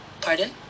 Pardon